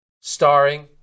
starring